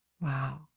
Wow